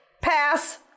pass